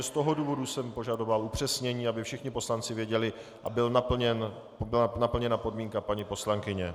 Z toho důvodu jsem požadoval upřesnění, aby všichni poslanci věděli a byla naplněna podmínka paní poslankyně.